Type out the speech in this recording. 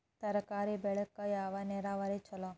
ತರಕಾರಿ ಬೆಳಿಲಿಕ್ಕ ಯಾವ ನೇರಾವರಿ ಛಲೋ?